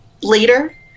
later